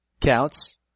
Counts